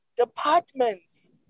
departments